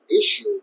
issue